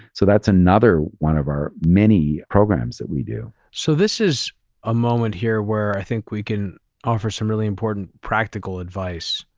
so that's another one of our many programs that we do. so this is a moment here where i think we can offer some really important practical advice,